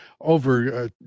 Over